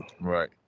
Right